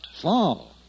Fall